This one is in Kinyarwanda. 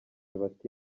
bati